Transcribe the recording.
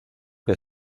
que